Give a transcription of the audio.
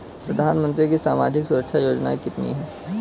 प्रधानमंत्री की सामाजिक सुरक्षा योजनाएँ कितनी हैं?